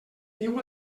viu